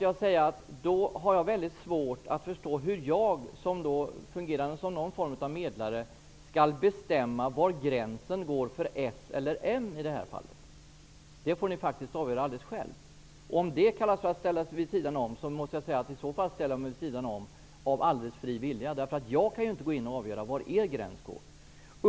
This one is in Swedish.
Jag har väldigt svårt att förstå hur jag, som fungerade som någon form av medlare, skall bestämma var gränsen går för s respektive m i det här fallet. Det får ni faktiskt avgöra själva. Om det kallas för att ställa sig vid sidan om, ställer jag mig vid sidan om av alldeles fri vilja. Jag kan inte avgöra var gränsen går för er.